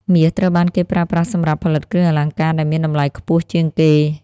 មាសត្រូវបានគេប្រើប្រាស់សម្រាប់ផលិតគ្រឿងអលង្ការដែលមានតម្លៃខ្ពស់ជាងគេ។